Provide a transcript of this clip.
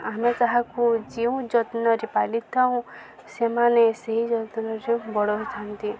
ଆମେ ତାହାକୁ ଯେଉଁ ଯତ୍ନରେ ପାଲିଥାଉଁ ସେମାନେ ସେହି ଯତ୍ନରେ ବଡ଼ ହେଇଥାନ୍ତି